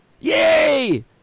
Yay